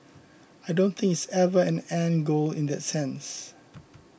I don't think it's ever an end goal in that sense